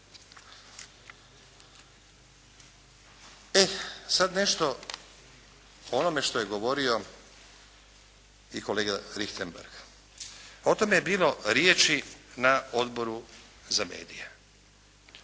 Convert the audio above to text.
E sad nešto o onome što je govorio i kolega Richembergh. O tome je bilo riječi na Odboru za medije.